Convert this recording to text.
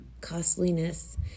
costliness